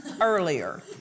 earlier